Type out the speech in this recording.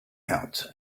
out